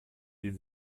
denen